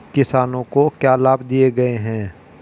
किसानों को क्या लाभ दिए गए हैं?